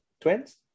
twins